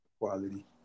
quality